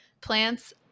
plants